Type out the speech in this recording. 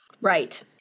right